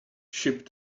ship